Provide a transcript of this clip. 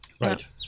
right